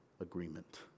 agreement